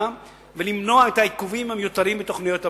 ולמנוע את העיכובים המיותרים בתוכניות הבנייה.